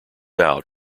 out